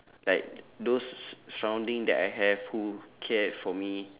like those s~ s~ surrounding that I have who cared for me